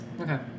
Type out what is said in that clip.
Okay